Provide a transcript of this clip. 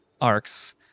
arcs